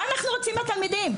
מה אנחנו רוצים מהתלמידים?